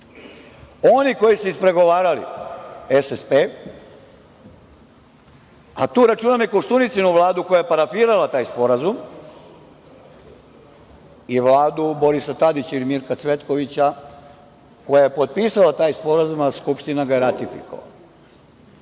oni koji su ispregovarali SSP, a tu računam i Koštuničinu Vladu koja je parafirala taj sporazum i Vladu Borisa Tadića ili Mirka Cvetkovića, koja je potpisala taj sporazum, a Skupština ga ratifikovala. Šta